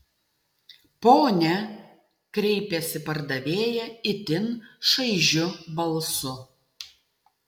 pone kreipėsi pardavėja itin šaižiu balsu